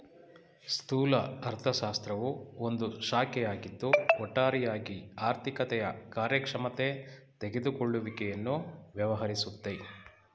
ಸ್ಥೂಲ ಅರ್ಥಶಾಸ್ತ್ರವು ಒಂದು ಶಾಖೆಯಾಗಿದ್ದು ಒಟ್ಟಾರೆಯಾಗಿ ಆರ್ಥಿಕತೆಯ ಕಾರ್ಯಕ್ಷಮತೆ ತೆಗೆದುಕೊಳ್ಳುವಿಕೆಯನ್ನು ವ್ಯವಹರಿಸುತ್ತೆ